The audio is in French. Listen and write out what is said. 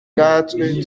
quatre